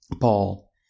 Paul